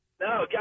No